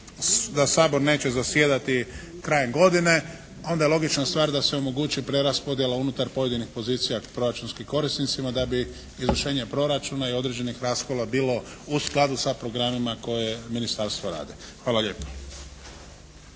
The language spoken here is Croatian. da Sabor neće zasjedati krajem godine onda je logična stvar da se omogući preraspodjela unutar pojedini pozicija proračunskim korisnicima da bi izvršenje proračuna i određenih raskola bilo u skladu sa programima koja ministarstva rade. Hvala lijepo.